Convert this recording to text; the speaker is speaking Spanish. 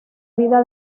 vida